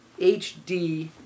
HD